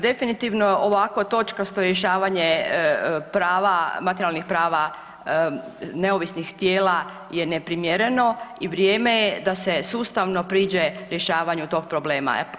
Definitivno ovakvo točkasto rješavanje prava, materijalnih prava neovisnih tijela je neprimjereno i vrijeme je da se sustavno priđe rješavanju tog problema.